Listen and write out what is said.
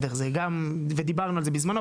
זה גם ודיברנו על זה בזמנו,